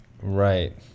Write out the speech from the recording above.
right